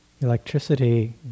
Electricity